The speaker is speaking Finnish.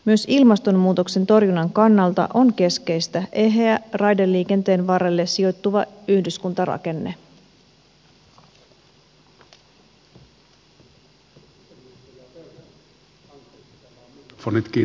myös ilmastonmuutoksen torjunnan kannalta on keskeistä eheä raideliikenteen varrelle sijoittuva yhdyskuntarakenne